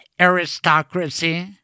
aristocracy